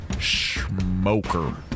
smoker